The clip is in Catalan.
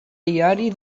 diari